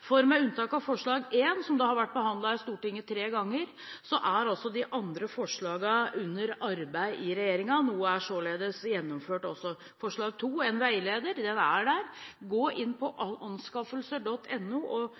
For med unntak av forslag nr. 1, som har vært forhandlet i Stortinget tre ganger, er de andre forslagene under arbeid i regjeringen. Noe er således gjennomført også. Forslag nr. 2 – en veileder – den er der: Gå inn på anskaffelser.no, og